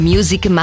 Music